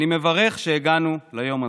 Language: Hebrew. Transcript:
אני מברך שהגענו ליום הזה.